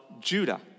Judah